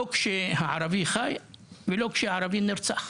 לא כשערבי חי ולא כשערבי נרצח.